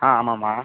ஆ ஆமாம்மா